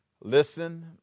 listen